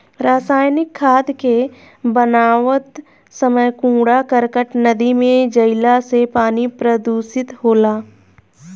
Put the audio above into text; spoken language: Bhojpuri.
रासायनिक खाद के बनावत समय कूड़ा करकट नदी में जईला से पानी प्रदूषित होला